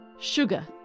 Sugar